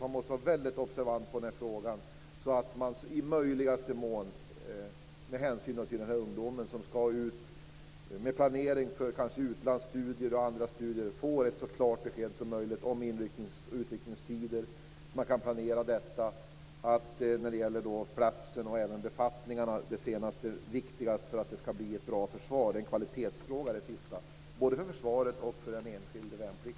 Man måste vara väldigt observant på den här frågan, så att de ungdomar som skall planera för utlandsstudier och andra studier får ett så klart besked som möjligt om in och utryckningstider, när det gäller plats och befattning. Det sista är viktigast för att det skall bli ett bra försvar. Det är en kvalitetsfråga, både för försvaret och för den enskilde värnpliktige.